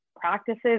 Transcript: practices